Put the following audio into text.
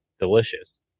delicious